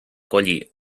collir